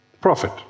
Profit